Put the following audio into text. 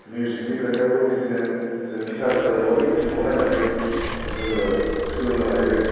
मिउजिकनि खोथायावबो बिदिनो जों गिथार सोलोंनोबाबो इउथुबाव नायनानै जोङो सोलोंनो हायो